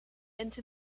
into